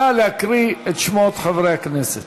נא להקריא את שמות חברי הכנסת.